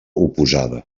oposada